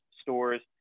stores